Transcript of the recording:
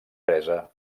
presa